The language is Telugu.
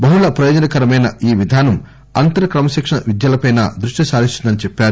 బహుళ ప్రయోజనకరమైన ఈ విధానం అంతర్ క్రమశిక్షణ విద్యలపై దృష్టి సారిస్తుందని చెప్పారు